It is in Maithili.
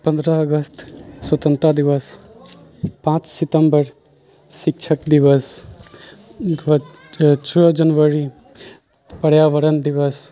पंद्रह अगस्त स्वतंत्रता दिवस पाँच सितम्बर शिक्षक दिवस ओकर बाद छओ जनवरी पर्यावरण दिवस